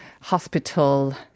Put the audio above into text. hospital